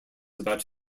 about